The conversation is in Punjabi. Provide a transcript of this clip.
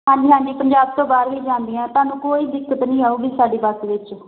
ਹਾਂਜੀ ਹਾਂਜੀ ਪੰਜਾਬ ਤੋਂ ਬਾਹਰ ਵੀ ਜਾਂਦੀਆਂ ਤੁਹਾਨੂੰ ਕੋਈ ਦਿੱਕਤ ਨਹੀਂ ਆਉਗੀ ਸਾਡੀ ਬੱਸ ਵਿੱਚ